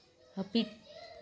ᱦᱟᱹᱯᱤᱫ